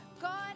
God